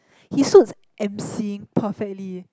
he suits emceeing perfectly